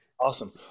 Awesome